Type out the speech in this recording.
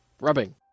rubbing